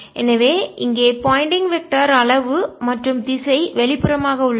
எனவே இங்கே pointing vector திசையன் அளவு மற்றும் திசை வெளிப்புறமாக உள்ளது